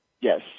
Yes